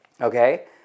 Okay